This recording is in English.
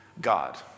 God